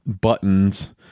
buttons